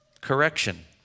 correction